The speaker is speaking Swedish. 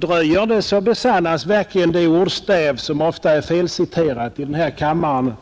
Dröjer det så besannas verkligen bokstavligen det ordstäv som inte alltid med rätta citeras här i kammaren: